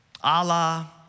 Allah